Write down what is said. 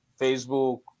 Facebook